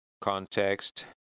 context